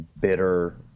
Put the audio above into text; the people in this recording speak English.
bitter